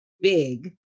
big